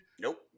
Nope